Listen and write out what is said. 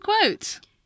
quote